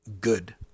good